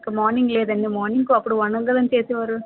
okay morning లేదా అండి మార్నింగ్కు అప్పుడు అన్నదానం చేసేవారు